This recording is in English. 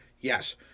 Yes